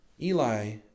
Eli